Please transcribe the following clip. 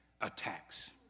attacks